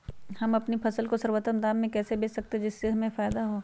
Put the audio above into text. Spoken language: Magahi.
हम अपनी फसल को सर्वोत्तम दाम में कैसे बेच सकते हैं जिससे हमें फायदा हो?